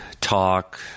talk